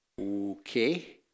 okay